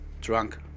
Drunk